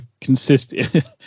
consistent